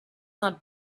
not